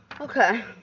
Okay